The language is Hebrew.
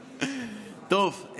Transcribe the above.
טוב,